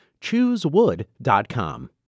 Choosewood.com